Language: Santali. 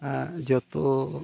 ᱟᱜ ᱡᱚᱛᱚ